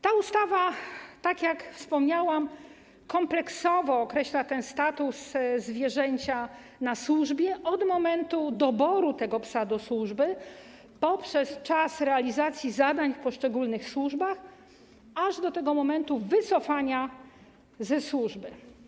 Ta ustawa, tak jak wspomniałam, kompleksowo określa status zwierzęcia na służbie: od momentu doboru np. psa do służby, poprzez czas realizacji zadań w poszczególnych służbach, aż do momentu wycofania go ze służby.